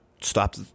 Stop